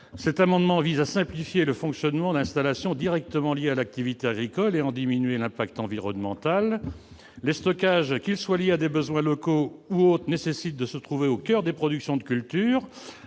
Cet amendement vise à simplifier le fonctionnement d'installations directement liées à l'activité agricole et à en diminuer l'impact environnemental. Les stockages, qu'ils soient liés à des besoins locaux ou autres, nécessitent de se trouver au coeur des productions de cultures